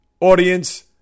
audience